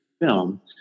film